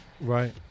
Right